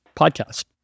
podcast